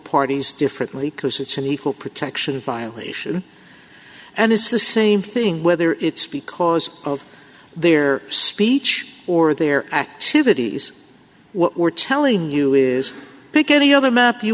parties differently because it's an equal protection violation and it's the same thing whether it's because of their speech or their activities what we're telling you is pick any other map you